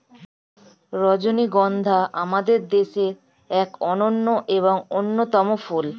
রজনীগন্ধা আমাদের দেশের এক অনন্য এবং অন্যতম ফুল